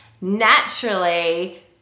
naturally